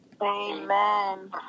Amen